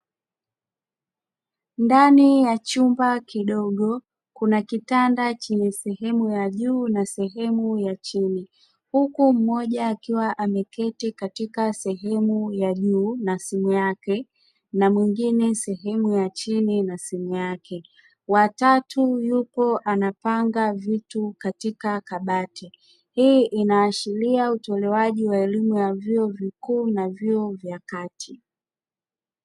Ndani ya chumba kidogo, kuna kitanda chenye sehemu ya juu na sehemu ya chini, huku mmoja akiwa ameketi katika sehemu ya juu na simu yake, na mwingine sehemu ya chini na simu yake. Wa tatu yupo anapanga vitu katika kabati. Hii inaashiria utolewaji wa elimu ya vyuo vikuu na vyuo vya kati.